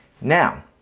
now